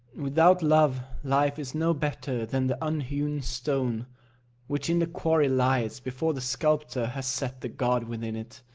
without love life is no better than the unhewn stone which in the quarry lies, before the sculptor has set the god within it.